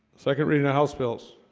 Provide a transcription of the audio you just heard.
second reading the house bills